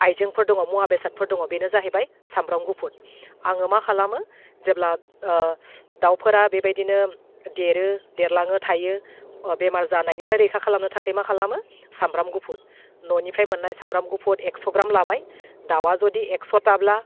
आइजेंफोर दङ मुवा बेसादफोर दङ बेनो जाहैबाय सामब्राम गुफुर आङो मा खालामो जेब्ला दाउफोरा बेबायदिनो देरो देरलाङो थायो बेमार जानायनिफ्राय रैखा खालामनो थाखाय मा खालामो सामब्राम गुफुर न'निफ्राय मोन्नाय सामब्राम गुफुर एकस' ग्राम दाउआ जुदि एकस' थाब्ला